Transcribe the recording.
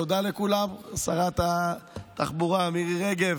תודה לכולם, לשרת התחבורה מירי רגב.